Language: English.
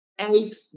eight